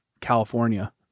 California